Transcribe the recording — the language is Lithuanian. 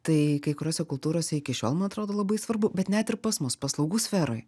tai kai kuriose kultūrose iki šiol man atrodo labai svarbu bet net ir pas mus paslaugų sferoj